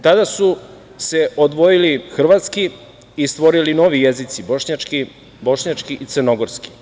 Tada su se odvojili hrvatski i stvorili novi jezici, bošnjački i crnogorski.